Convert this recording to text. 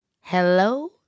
Hello